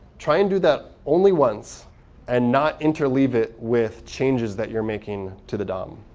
try and do that only once and not interleave it with changes that you're making to the dom.